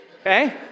okay